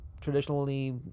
traditionally